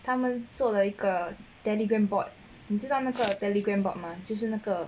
他们做了一个 Telegram bot 你知道那个 Telegram bot 吗就是那个